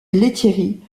lethierry